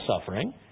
suffering